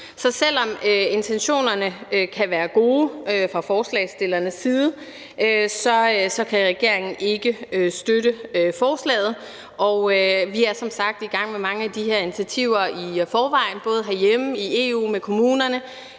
så selv om intentionerne fra forslagsstillernes side kan være gode, kan regeringen ikke støtte forslaget, og vi er som sagt i gang med mange af de her initiativer i forvejen, både herhjemme, i EU og med kommunerne.